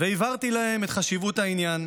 והבהרתי להם את חשיבות העניין.